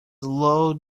low